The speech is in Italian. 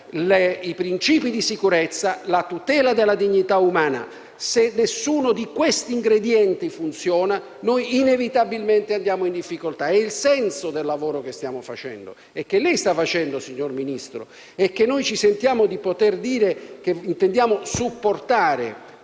i principi di sicurezza, la tutela della dignità umana. Se uno di questi ingredienti non funziona, inevitabilmente andiamo in difficoltà. Il lavoro che stiamo facendo e che lei sta facendo, signor Ministro, e che noi ci sentiamo di poter dire che intendiamo supportare,